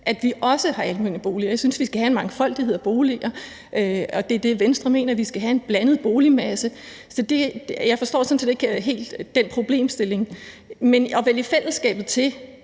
at vi også har almene boliger. Jeg synes, vi skal have en mangfoldighed af boliger, og det er det, Venstre mener, nemlig at vi skal have en blandet boligmasse. Så jeg forstår sådan set ikke helt den problemstilling. Men at vælge fællesskabet til